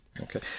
Okay